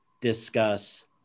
discuss